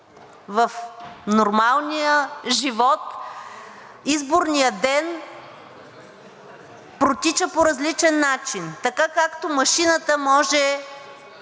В нормалния живот изборният ден протича по различен начин. Така, както машината може